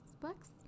books